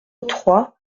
trois